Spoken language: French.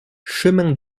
chemin